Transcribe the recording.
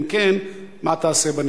אם כן, מה תעשה בנדון?